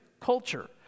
culture